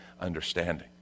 understanding